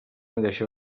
mateixa